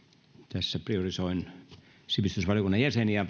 tässä priorisoin sivistysvaliokunnan jäseniä